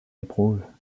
éprouve